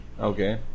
okay